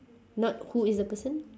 not who is the person